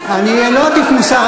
אני לא אטיף מוסר,